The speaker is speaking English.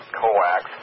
coax